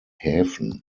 häfen